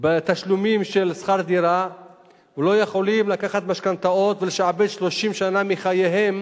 בתשלומים של שכר דירה ולא יכולים לקחת משכנתאות ולשעבד 30 שנה מחייהם,